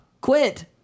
Quit